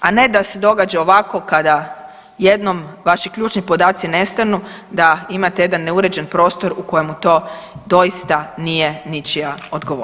A ne da se događa ovako kada jednom vaši ključni podaci nestanu da imate jedan neuređen prostor u kojem to doista nije ničija odgovornost.